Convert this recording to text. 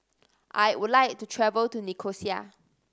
I would like to travel to Nicosia